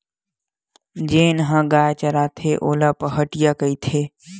जेन ह गाय चराथे ओला पहाटिया कहिथे